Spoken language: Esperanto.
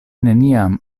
neniam